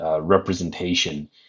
representation